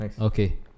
Okay